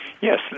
Yes